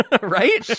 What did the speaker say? right